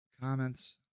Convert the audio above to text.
comments